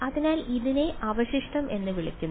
അതിനാൽ ഇതിനെ അവശിഷ്ടം എന്നും വിളിക്കുന്നു